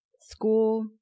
school